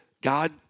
God